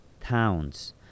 towns